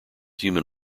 human